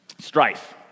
Strife